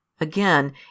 Again